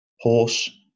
horse